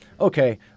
okay